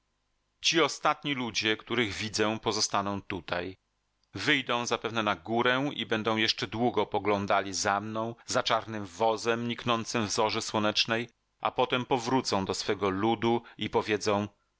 ci ostatni ludzie których widzę pozostaną tutaj wyjdą zapewne na górę i będą jeszcze długo poglądali za mną za czarnym wozem niknącym w zorzy słonecznej a potem powrócą do swego ludu i powiedzą